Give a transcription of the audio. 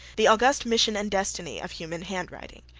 the august mission and destiny, of human handwriting.